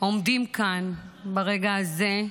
עומדים כאן ברגע הזה,